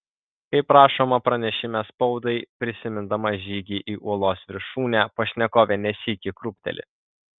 kaip rašoma pranešime spaudai prisimindama žygį į uolos viršūnę pašnekovė ne sykį krūpteli